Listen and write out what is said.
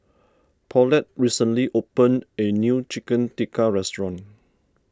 Paulette recently opened a new Chicken Tikka restaurant